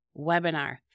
webinar